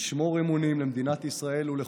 לשמור אמונים למדינת ישראל ולחוקיה,